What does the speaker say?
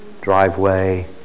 driveway